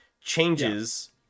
changes